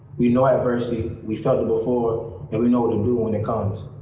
we know adversity, we've felt it before, and we know what to do when it comes.